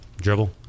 dribble